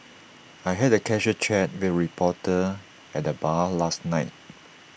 I had A casual chat with A reporter at the bar last night